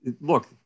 look